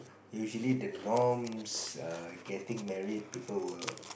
usually the norms err getting married people will